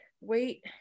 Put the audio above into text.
wait